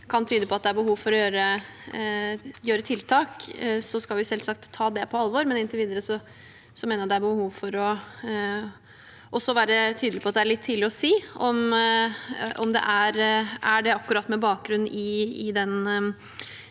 kan tyde på at det er behov for å gjøre tiltak, skal vi selvsagt ta det på alvor. Inntil videre mener jeg det er behov for også å være tydelig på at det er litt tidlig å si om det er det, med bakgrunn i den